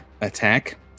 attack